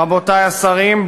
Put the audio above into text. רבותי השרים,